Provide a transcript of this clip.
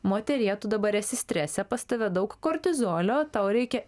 moterie tu dabar esi strese pas tave daug kortizolio tau reikia